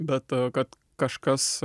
bet kad kažkas